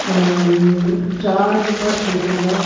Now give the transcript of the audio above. چاند پر تھوکنا